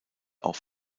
auch